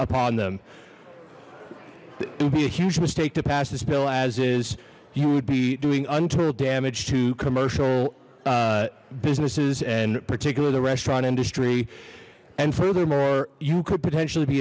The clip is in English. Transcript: upon them may be a huge mistake to pass this bill as is you would be doing untold damage to commercial businesses and particularly the restaurant industry and furthermore you could potentially be